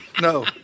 no